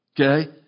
Okay